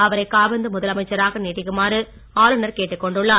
அவரை காபந்து முதலமைச்சராக நீடிக்குமாறு ஆளுநர் கேட்டுக் கொண்டுள்ளார்